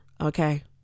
Okay